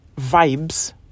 vibes